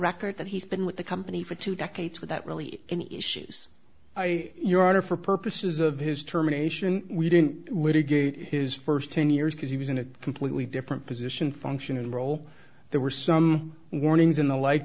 record that he's been with the company for two decades without really any issues i your honor for purposes of his term a nation we didn't his first ten years because he was in a completely different position functional role there were some warnings in the light